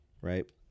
right